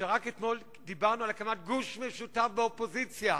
ורק אתמול דיברנו על הקמת גוש משותף באופוזיציה,